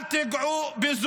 אל תיגעו.